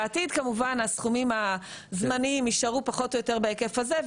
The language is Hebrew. בעתיד כמובן הסכומים הזמניים יישארו פחות או יותר בהיקף הזה,